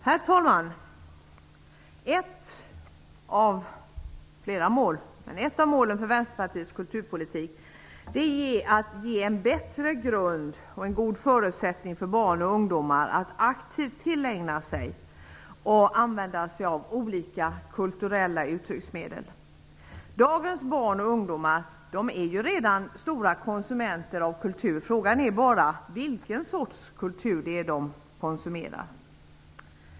Herr talman! Ett av målen för Vänsterpartiets kulturpolitik är att ge en bättre grund och en god förutsättning för barn och ungdomar att aktivt tillägna sig och använda sig av olika kulturella uttrycksmedel. Dagens barn och ungdomar är redan stora konsumenter av kultur. Frågan är bara vilken sorts kultur de konsumerar.